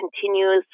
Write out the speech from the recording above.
continuously